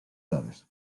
dades